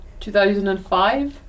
2005